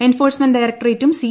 enforcement ഡയറക്ടറേറ്റും C